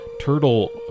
Turtle